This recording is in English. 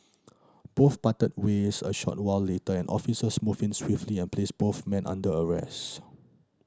both parted ways a short while later and officers moved in swiftly and placed both men under arrest